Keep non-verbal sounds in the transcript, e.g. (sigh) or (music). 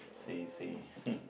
say say (laughs)